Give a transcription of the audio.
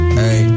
hey